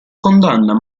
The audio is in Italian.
condanna